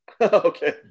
Okay